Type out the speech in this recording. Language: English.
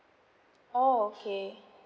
oh okay